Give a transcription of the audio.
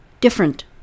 different